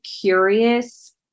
curious